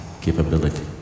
capability